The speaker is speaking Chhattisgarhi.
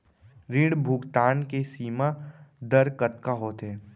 ऋण भुगतान के सीमा दर कतका होथे?